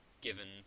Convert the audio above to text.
given